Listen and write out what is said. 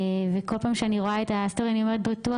וכל פעם כשאני רואה את הסטורי אני אומרת: בטוח